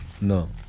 No